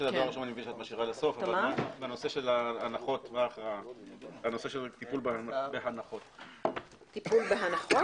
של הטיפול בהנחות,